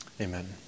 Amen